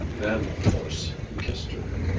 then of course he kissed her.